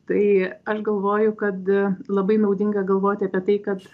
tai aš galvoju kad labai naudinga galvoti apie tai kad